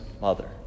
mother